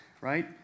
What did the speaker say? right